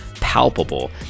palpable